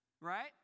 Right